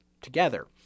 together